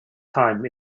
time